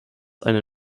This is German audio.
eine